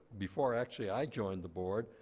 before actually i joined the board,